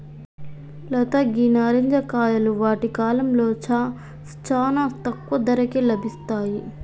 లత గీ నారింజ కాయలు వాటి కాలంలో చానా తక్కువ ధరకే లభిస్తాయి